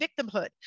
victimhood